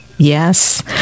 Yes